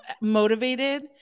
motivated